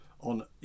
on